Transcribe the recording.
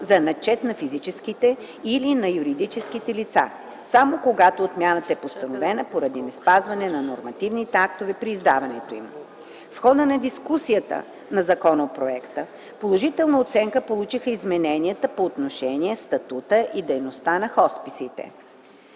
за начет на физическите или на юридическите лица – само когато отмяната е постановена поради неспазване на нормативните актове при издаването им. В хода на дискусията по законопроекта положителна оценка получиха измененията по отношение статута и дейността на хосписите,